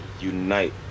unite